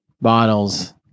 bottles